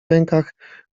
rękach